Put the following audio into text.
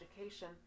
education